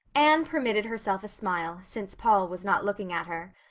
anne permitted herself a smile, since paul was not looking at her.